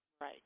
Right